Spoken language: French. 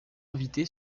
invité